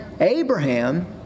Abraham